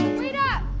wait up!